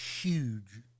huge